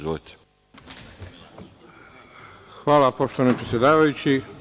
Hvala poštovani predsedavajući.